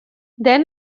then